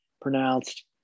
pronounced